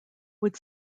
would